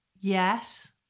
Yes